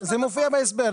זה מופיע בהסבר.